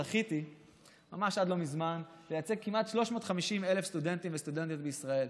זכיתי ממש עד לא מזמן לייצג כמעט 350,000 סטודנטים וסטודנטיות בישראל,